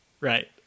Right